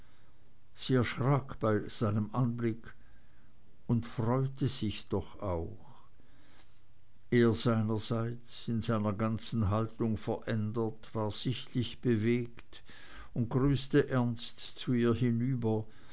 sie erschrak bei seinem anblick und freute sich doch auch er seinerseits in seiner ganzen haltung verändert war sichtlich bewegt und grüßte ernst zu ihr hinüber